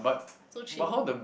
so chim